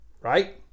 Right